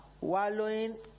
wallowing